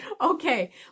okay